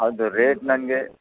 ಅದು ರೇಟ್ ನಂಗೆ